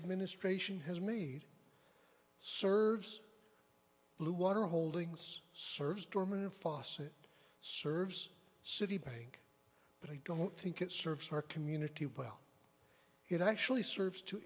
administration has made serves bluewater holdings serves dorman foss it serves citibank but i don't think it serves our community well it actually serves to